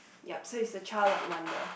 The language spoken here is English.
ya so it's a childlike wonder